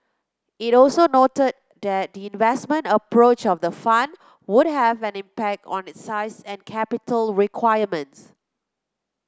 it also noted that the investment approach of the fund would have an impact on its size and capital requirements